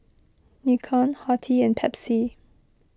Nikon Horti and Pepsi